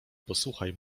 posłuchaj